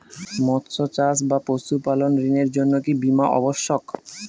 মৎস্য চাষ বা পশুপালন ঋণের জন্য কি বীমা অবশ্যক?